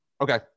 Okay